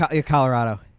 Colorado